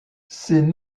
ses